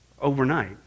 overnight